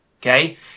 Okay